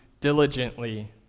diligently